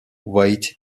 weight